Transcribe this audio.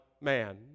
man